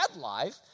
life